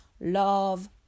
love